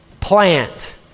Plant